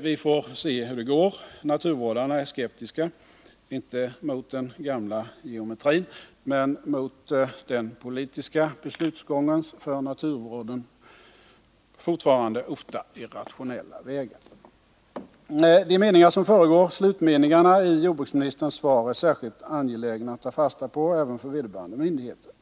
Vi får se hur det går. Naturvårdarna är skeptiska, inte mot den gamla geometrin men mot den politiska beslutsgångens för naturvården ofta irrationella vägar. De meningar som föregår slutmeningarna i jordbruksministerns svar är särskilt angelägna att ta fasta på även för vederbörande myndigheter.